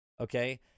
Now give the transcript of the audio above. okay